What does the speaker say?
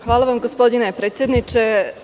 Hvala vam, gospodine predsedniče.